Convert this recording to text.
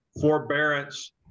forbearance